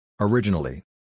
Originally